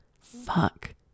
fuck